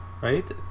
right